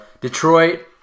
Detroit